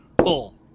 full